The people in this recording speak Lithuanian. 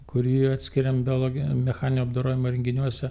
kurį atskiriam biologinio mechaninio apdorojimo įrenginiuose